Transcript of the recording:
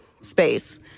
space